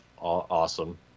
awesome